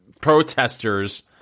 protesters